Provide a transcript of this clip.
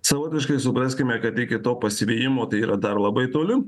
savotiškai supraskime kad iki to pasivijimo tai yra dar labai toli